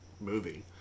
movie